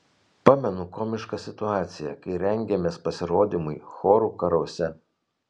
pamenu komišką situaciją kai rengėmės pasirodymui chorų karuose